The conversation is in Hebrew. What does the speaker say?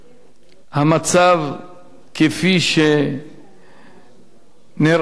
המצב כפי שהוא נראה בחודשים האחרונים,